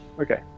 okay